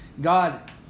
God